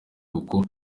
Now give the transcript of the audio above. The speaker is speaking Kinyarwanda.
uko